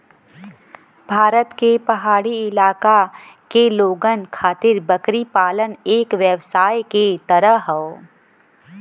भारत के पहाड़ी इलाका के लोगन खातिर बकरी पालन एक व्यवसाय के तरह हौ